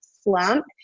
slump